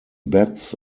bats